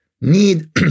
need